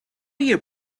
your